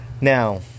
Now